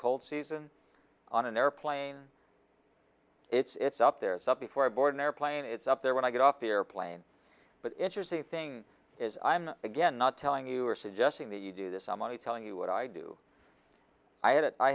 cold season on an airplane it's up there sub before i board an airplane it's up there when i get off the airplane but interesting thing is i'm not again not telling you are suggesting that you do this i'm only telling you what i do i had i